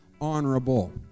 honorable